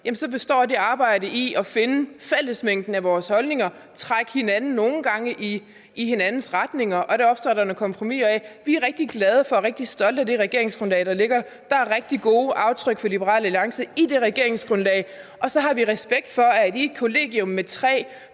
består det arbejde i at finde fællesmængden af vores holdninger og nogle gange trække hinanden i hinandens retninger. Det opstår der nogle kompromiser af. Vi er rigtig glade for og rigtig stolte af det regeringsgrundlag, der ligger. Der er rigtig gode aftryk fra Liberal Alliance i det regeringsgrundlag. Og så har vi respekt for, at i et kollegium med tre